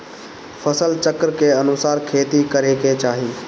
फसल चक्र के अनुसार खेती करे के चाही